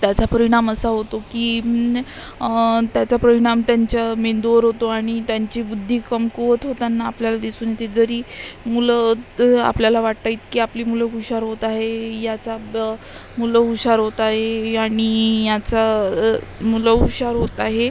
त्याचा परिणाम असा होतो की त्याचा परिणाम त्यांच्या मेंदूवर होतो आणि त्यांची बुद्धी कमकुवत होताना आपल्याला दिसून येते जरी मुलं त् आपल्याला वाटतं इतकी आपली मुलं हुशार होत आहे याचा ब् मुलं हुशार होत आहे आणि याचा मुलं हुशार होत आहे